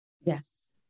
Yes